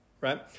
right